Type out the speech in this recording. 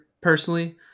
personally